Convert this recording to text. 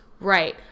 Right